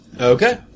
Okay